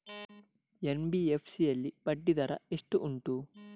NBFC ಯಲ್ಲಿ ಬಡ್ಡಿ ದರ ಎಷ್ಟು ಉಂಟು?